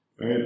right